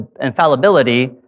infallibility